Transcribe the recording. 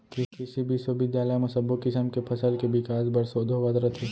कृसि बिस्वबिद्यालय म सब्बो किसम के फसल के बिकास बर सोध होवत रथे